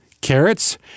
carrots